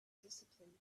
discipline